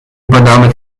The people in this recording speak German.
übernahme